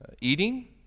eating